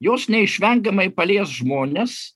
jos neišvengiamai palies žmones